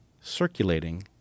circulating